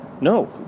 no